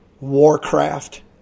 Warcraft